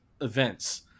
events